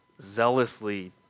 zealously